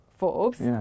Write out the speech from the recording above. Forbes